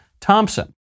Thompson